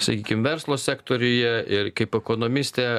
sakykim verslo sektoriuje ir kaip ekonomistė